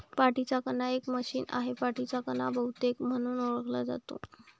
पाठीचा कणा एक मशीन आहे, पाठीचा कणा बहुतेक म्हणून ओळखला जातो